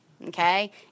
Okay